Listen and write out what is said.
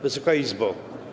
Wysoka Izbo!